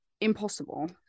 impossible